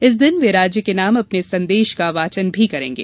इस दिन वे राज्य के नाम अपने संदेश का वाचन भी करेंगे